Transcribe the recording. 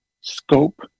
scope